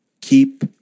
Keep